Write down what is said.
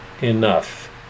enough